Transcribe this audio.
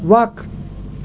وَق